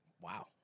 wow